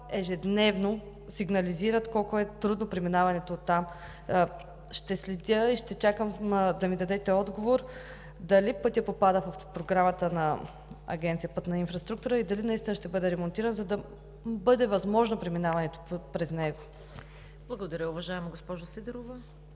ежедневно сигнализират колко е трудно преминаването оттам. Ще следя и ще чакам да ми дадете отговор дали пътят попада в Програмата на Агенция „Пътна инфраструктура“, и дали наистина ще бъде ремонтиран, за да бъде възможно преминаването през него. ПРЕДСЕДАТЕЛ ЦВЕТА КАРАЯНЧЕВА: Благодаря, уважаема госпожо Сидорова.